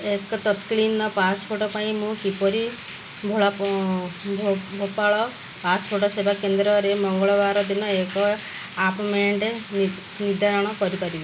ଏକ ତତ୍କାଳୀନ ପାସପୋର୍ଟ ପାଇଁ ମୁଁ କିପରି ଭୋପାଳ ପାସପୋର୍ଟ ସେବା କେନ୍ଦ୍ରରେ ମଙ୍ଗଳବାର ଦିନ ଏକ ଆପଏଣ୍ଟମେଣ୍ଟ ନିର୍ଦ୍ଧାରଣ କରିପାରିବି